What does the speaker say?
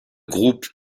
groupe